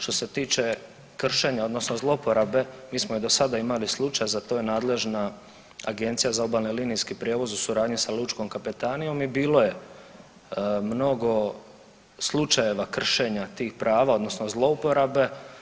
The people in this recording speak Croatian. Što se tiče kršenja odnosno zlouporabe mi smo i do sada imali slučaj za to je nadležna Agencija za obalni linijski prijevoz u suradnji sa lučkom kapetanijom i bilo je mnogo slučajeva kršenja tih prava odnosno zlouporabe.